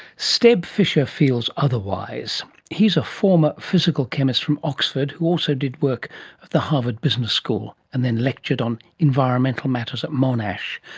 steb fisher feels otherwise. he's a former physical chemist from oxford, who also did work at the harvard business school, and then lectured on environmental matters at monash.